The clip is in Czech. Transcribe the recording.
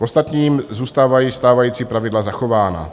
Ostatním zůstávají stávající pravidla zachována.